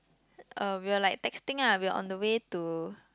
uh we were like texting ah we were on the way to